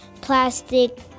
plastic